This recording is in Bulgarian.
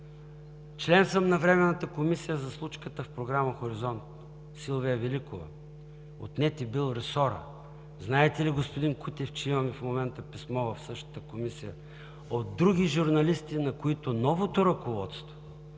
Член съм на Временната комисия за случката в програма „Хоризонт“ – Силвия Великова. Отнет ѝ бил ресорът! Знаете ли, господин Кутев, че имаме в момента писмо в същата комисия от други журналисти, на които новото ръководство,